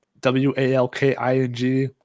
W-A-L-K-I-N-G